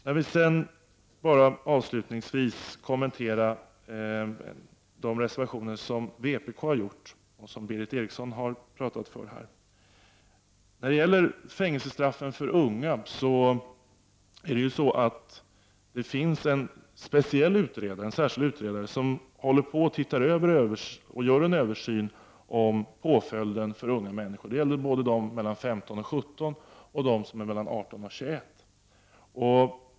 Jag skall nu övergå till att kommentera vänsterpartiets reservationer, som Berith Eriksson har talat om. Beträffande fängelsestraff för unga finns det en särskild utredare som gör en översyn av påföljden för unga människor. Det gäller både ungdomar mellan 15 och 17 år och ungdomar mellan 18 och 21 år.